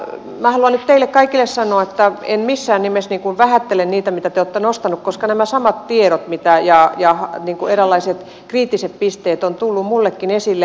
minä haluan nyt teille kaikille sanoa että en missään nimessä vähättele niitä mitä te olette nostaneet koska nämä samat tiedot ja eräänlaiset kriittiset pisteet ovat tulleet minullekin esille